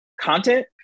content